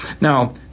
Now